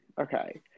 Okay